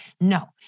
no